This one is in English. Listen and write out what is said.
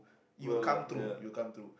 you'll come through you'll come through